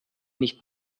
nicht